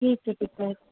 ठीक आहे ठीक आहे